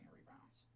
rebounds